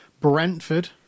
Brentford